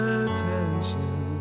attention